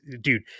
dude